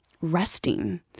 resting